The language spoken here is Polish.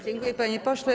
Dziękuję, panie pośle.